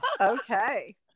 Okay